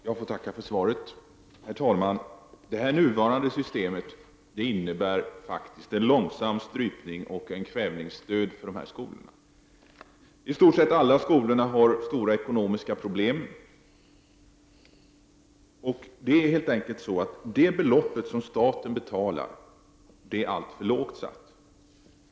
Herr talman! Jag får tacka för svaret. Det nuvarande systemet innebär faktiskt en långsam strypning och en kvävningsdöd för de här skolorna. I stort sett alla skolorna har stora ekonomiska problem. Det belopp som staten betalar är helt enkelt alltför lågt satt.